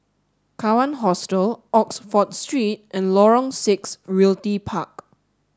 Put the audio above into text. Kawan Hostel Oxford Street and Lorong Six Realty Park